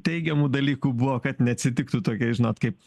teigiamų dalykų buvo kad neatsitiktų tokia žinot kaip